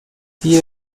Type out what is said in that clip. wie